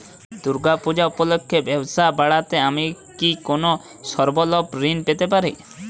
দূর্গা পূজা উপলক্ষে ব্যবসা বাড়াতে আমি কি কোনো স্বল্প ঋণ পেতে পারি?